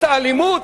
את האלימות?